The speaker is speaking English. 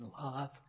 love